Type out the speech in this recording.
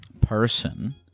person